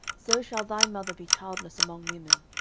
so shall thy mother be childless among women.